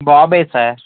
బాబే సార్